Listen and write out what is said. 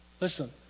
Listen